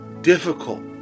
difficult